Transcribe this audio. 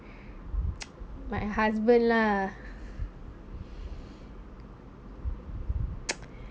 my husband lah